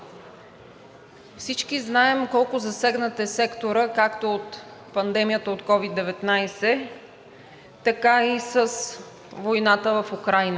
Всички знаем колко засегнат е секторът както от пандемията от COVID-19, така и от войната в Украйна.